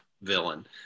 villain